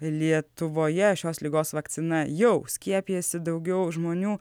lietuvoje šios ligos vakcina jau skiepijasi daugiau žmonių